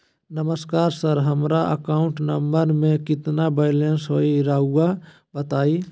नमस्कार सर हमरा account number में कितना बैलेंस हेई राहुर बताई?